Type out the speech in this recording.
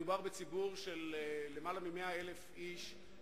מדובר בציבור של למעלה מ-100,000 איש,